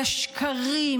על השקרים,